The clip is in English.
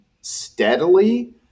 steadily